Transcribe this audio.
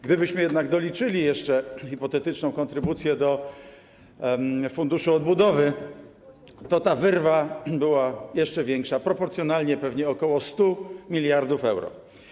Gdybyśmy jednak doliczyli jeszcze hipotetyczną kontrybucję do Funduszu Odbudowy, to ta wyrwa byłaby jeszcze większa, proporcjonalnie ok. 100 mld euro.